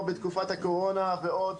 ועדת השרים לאורך כל הדרך ולו מסיבה אחת,